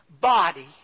body